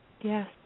Yes